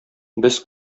без